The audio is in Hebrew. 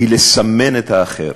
הוא לסמן את האחר,